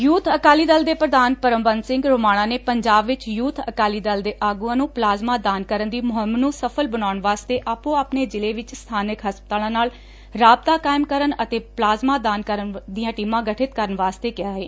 ਯੂਬ ਅਕਾਲੀ ਦਲ ਦੇ ਪ੍ਰਧਾਨ ਪਰਮਬੰਸ ਸਿੰਘ ਰੋਮਾਣਾ ਨੇ ਪੰਜਾਬ ਵਿੱਚ ਯੂਬ ਅਕਾਲੀ ਦਲ ਦੇ ਆਗੂਆਂ ਨੂੰ ਪਲਾਜ਼ਮਾ ਦਾਨ ਕਰਨ ਦੀ ਮੁਹਿਮ ਨੂੰ ਸਫਲ ਬਣਾਉਣ ਵਾਸਤੇ ਆਪੋ ਆਪਣੇ ਜਿਲੇ ਵਿਚ ਸਬਾਨਕ ਹਸਪਤਾਲਾਂ ਨਾਲ ਰਾਬਤਾ ਕਾਇਮ ਕਰਨ ਅਤੇ ਪਲਾਜ਼ਮਾ ਦੇਣ ਵਾਲਿਆਂ ਦੀਆਂ ਟੀਮਾਂ ਗਠਿਤ ਕਰਨ ਵਾਸਤੇ ਕਿਹਾ ਏ